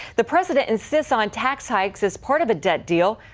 the president insists on tax hikes as part of a debt deal.